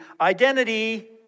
identity